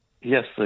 Yes